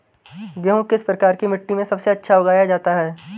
गेहूँ किस प्रकार की मिट्टी में सबसे अच्छा उगाया जाता है?